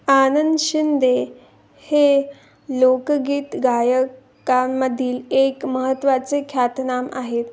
आनंद शिंदे हे लोकगीत गायकांमधील एक महत्त्वाचे ख्यातनाम आहेत